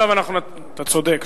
אתה צודק,